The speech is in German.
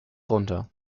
runter